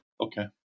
Okay